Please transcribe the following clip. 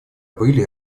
были